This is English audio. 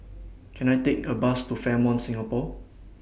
Can I Take A Bus to Fairmont Singapore